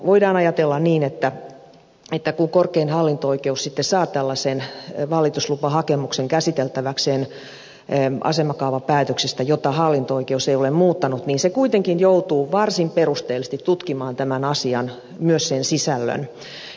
voidaan ajatella niin että kun korkein hallinto oikeus sitten saa tällaisen valituslupahakemuksen käsiteltäväkseen asemakaavapäätöksestä jota hallinto oikeus ei ole muuttanut niin se kuitenkin joutuu varsin perusteellisesti tutkimaan tämän asian myös sen sisällön